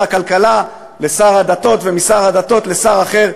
הכלכלה לשר הדתות ומשר הדתות לשר אחר.